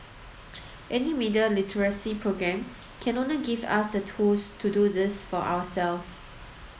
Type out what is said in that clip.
any media literacy programme can only give us the tools to do this for ourselves